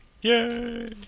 Yay